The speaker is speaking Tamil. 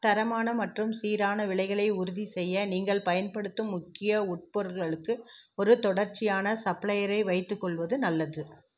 தரமான மற்றும் சீரான விலைகளை உறுதிசெய்ய நீங்கள் பயன்படுத்தும் முக்கிய உட்பொருள்களுக்கு ஒரு தொடர்ச்சியான சப்ளையரை வைத்துக்கொள்வது நல்லது